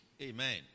amen